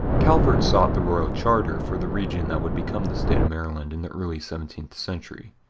calvert sought the royal charter for the region that would become the state of maryland in the early seventeenth century.